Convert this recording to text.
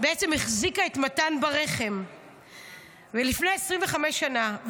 בעצם החזיקה את מתן ברחם לפני 25 שנה,